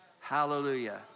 Hallelujah